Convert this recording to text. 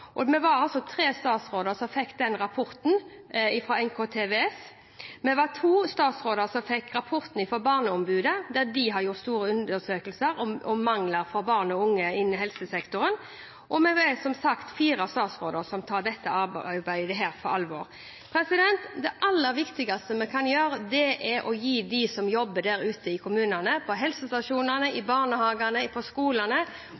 og vi var altså tre statsråder som fikk den rapporten fra NKVTS. Vi var to statsråder som fikk rapporten fra Barneombudet der de har gjort store undersøkelser om mangler for barn og unge innen helsesektoren, og vi er som sagt fire statsråder som tar dette arbeidet på alvor. Det aller viktigste vi kan gjøre, er å gjøre dem som jobber der ute i kommunene, på helsestasjonene, i barnehagene, på skolene